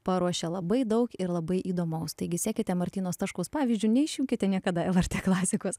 paruošia labai daug ir labai įdomaus taigi sekite martyno staškaus pavyzdžiu neišjunkite niekada lrt klasikos